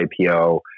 IPO